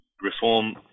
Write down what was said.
reform